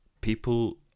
People